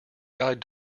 guide